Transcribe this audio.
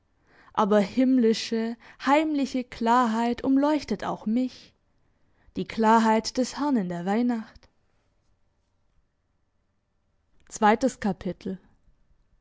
herab aber himmlische heimliche klarheit umleuchtet auch mich die klarheit des herrn in der weihnacht